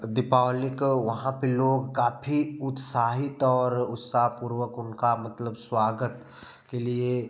दीपावली को वहाँ पे लोग काफ़ी उत्साहित और उत्साहपूर्वक उनका मतलब स्वागत के लिए